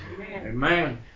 Amen